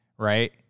Right